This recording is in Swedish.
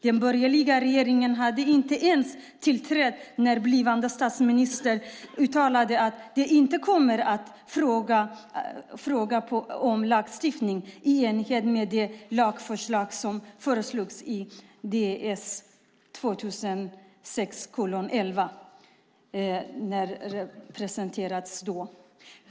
Den borgerliga regeringen hade inte ens tillträtt när den blivande statsministern uttalade att det inte kommer på fråga att lagstifta i enlighet med det lagförslag som presenteras i den tidigare nämnda departementsserien.